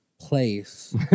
place